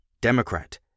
Democrat